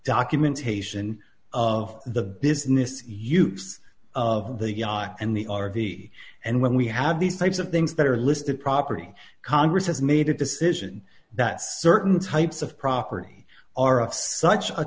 documentation of the business use of the yard and the r v and when we have these types of things that are listed property congress has made a decision that certain types of property are of such a